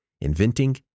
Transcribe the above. inventing